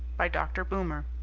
by dr. boomer,